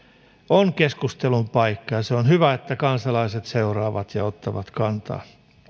on keskustelun paikka ja on hyvä että kansalaiset seuraavat ja ottavat kantaa